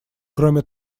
кроме